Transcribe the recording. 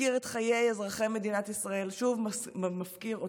מפקיר את חיי אזרחי מדינת ישראל, שוב מפקיר אותנו.